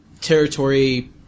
territory